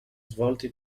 svolti